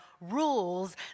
rules